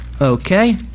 okay